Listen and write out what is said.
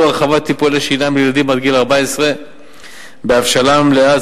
הרחבת טיפולי שיניים לילדים עד גיל 14. בהבשלה מלאה,